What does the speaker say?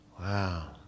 Wow